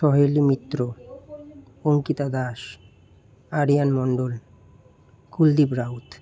Saheli Mitra Ankita Das Aryan Mondal Kuldeep Raut